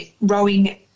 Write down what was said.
rowing